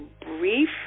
brief